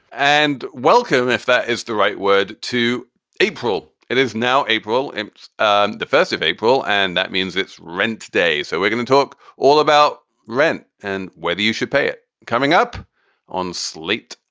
and welcome if that is the right word to april. it is now april. and um defensive april. and that means it's rent day. so we're going to talk all about rent and whether you should pay it coming up on slate,